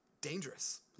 dangerous